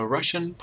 Russian